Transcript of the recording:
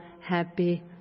happy